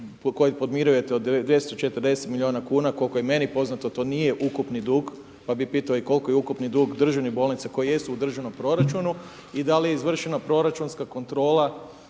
kojih podmirujete od 240 milijuna kn. Koliko je meni poznato, to nije ukupni dug. Pa bi pitao i koliki je ukupni dug državnih bolnica, koje jesu u državnom proračunu. I da li je izvršena proračunska kontrola,